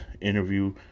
interview